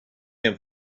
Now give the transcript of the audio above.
him